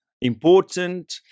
important